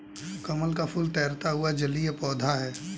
कमल का फूल तैरता हुआ जलीय पौधा है